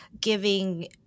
giving